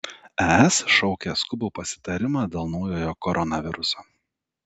es šaukia skubų pasitarimą dėl naujojo koronaviruso